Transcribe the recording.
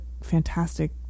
fantastic